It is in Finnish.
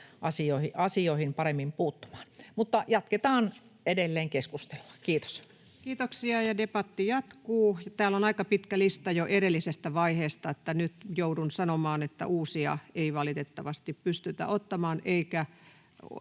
asioihin paremmin puuttumaan. Mutta jatketaan edelleen keskustelua. — Kiitos. Kiitoksia. — Ja debatti jatkuu. Täällä on aika pitkä lista jo edellisestä vaiheesta, niin että nyt joudun sanomaan, että uusia ei valitettavasti pystytä ottamaan.